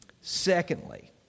Secondly